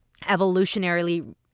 evolutionarily